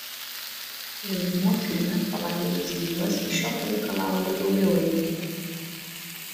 vaidmuo filme palaidotas gyvas iš jo pareikalavo ir daugiau aukų